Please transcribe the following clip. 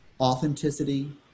authenticity